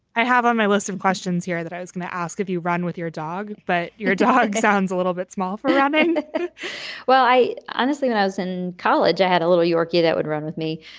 i have on my list of questions here that i was going to ask if you run with your dog, but your dog sounds a little bit small for you and well, i honestly, when i was in college, i had a little yorkie that would run with me.